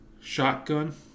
shotgun